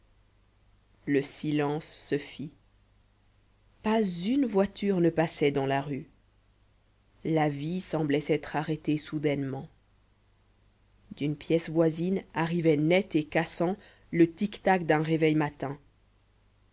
le silence se fit pas une voiture ne passait dans la rue la vie semblait s'être arrêtée soudainement d'une pièce voisine arrivait net et cassant le tic-tac d'un